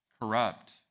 corrupt